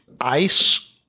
ice